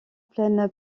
plaine